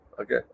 Okay